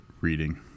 reading